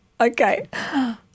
okay